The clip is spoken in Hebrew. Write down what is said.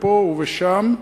פה ושם,